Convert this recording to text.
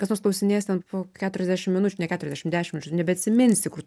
kas nors klausinės ten po keturiasdešimt minučių ne keturiasdešimt dešimt minučių nebeatsiminsi kur